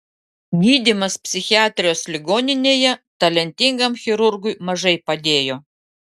gydymas psichiatrijos ligoninėje talentingam chirurgui mažai padėjo